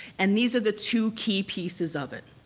and these are the two key pieces of it.